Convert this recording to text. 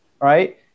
right